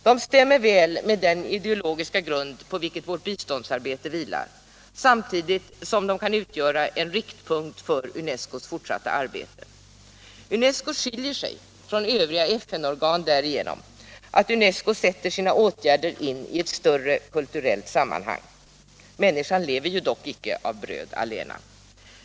De stämmer väl med den ideologiska grund på vilken vårt biståndsarbete vilar samtidigt som de kan utgöra en riktpunkt för UNESCO:s fortsatta arbete. UNESCO skiljer sig från övriga FN-organ därigenom att UNESCO sätter in sina åtgärder i ett större kulturellt sammanhang — människan lever dock inte av bröd allena.